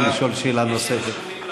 לשאול שאלה נוספת.